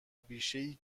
بیشهای